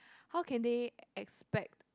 how can they expect